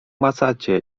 macacie